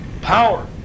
power